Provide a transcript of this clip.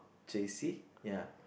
j_c ya